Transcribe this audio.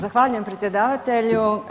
Zahvaljujem predsjedavatelju.